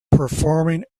performing